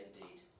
indeed